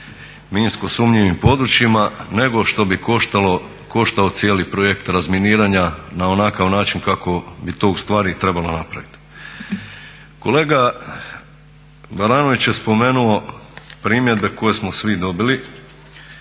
minsko sumnjivim područjima nego što bi koštao cijeli projekt razminiranja na onakav način kako bi to ustvari trebalo napraviti. Kolega Baranović, je spomenuo primjedbe koje smo svi dobili